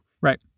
Right